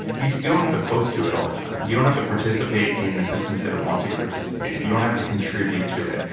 you don't have to post to it all the time. you don't have to participate in the systems that it wants you to participate in. you don't have to contribute to it,